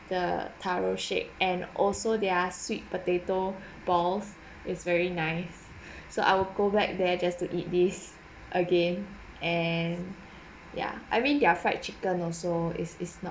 the taro shake and also their sweet potato balls is very nice so I will go back there just to eat this again and yeah I mean their fried chicken also is is not